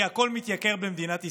כי הכול מתייקר במדינת ישראל.